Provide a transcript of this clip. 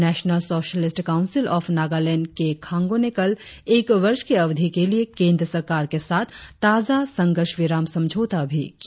national socialist council of Nagaland के खांगो ने कल एक वर्ष की अवधि के लिए केंद्र सरकार के साथ ताजा संघर्ष विराम समझौता भी किया